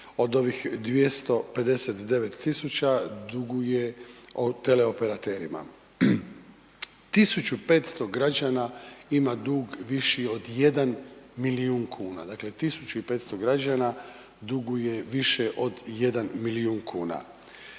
od ovih 259 tisuća duguje teleoperaterima. 1500 građana ima dug viši od 1 milijun kuna, dakle 1500 građana duguje više od 1 milijun kuna.